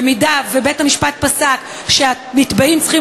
במידה שבית-המשפט פסק שהנתבעים צריכים